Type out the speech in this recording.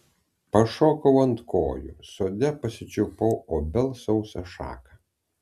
pašokau ant kojų sode pasičiupau obels sausą šaką